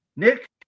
Nick